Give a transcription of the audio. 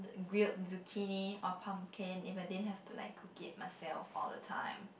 grilled zucchini or pumpkin if I didn't have to like cook it myself all the time